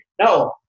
No